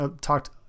talked